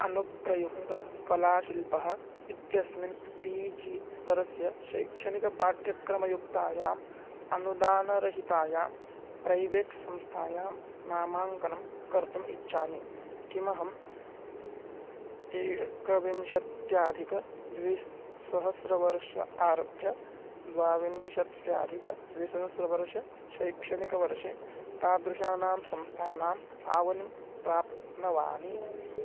अनुप्रयुक्तकलाशिल्पः इत्यस्मिन् P G स्तरस्य शैक्षणिकपाठ्यक्रमयुक्तायाम् अनुदानरहितायां प्रैवेट् संस्थायां नामाङ्कनं कर्तुम् इच्छामि किमहं एकविंशत्यधिकद्विसहस्रवर्ष आरभ्य द्वाविंशत्यधिकद्विसहस्रवर्षे शैक्षणिकवर्षे तादृशानां संस्थानाम् आवलिं प्राप्नवानि